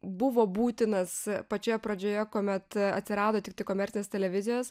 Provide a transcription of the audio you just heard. buvo būtinas pačioje pradžioje kuomet atsirado tiktai komercinės televizijos